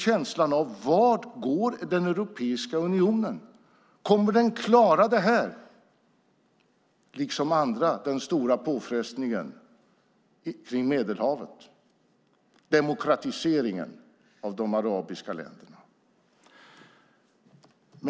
Känslan är också: Vart går den europeiska unionen? Kommer den liksom andra att klara den stora påfrestningen kring Medelhavet, alltså demokratiseringen av de arabiska länderna?